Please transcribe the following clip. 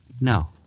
No